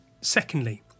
Secondly